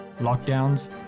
lockdowns